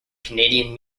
canadian